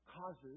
causes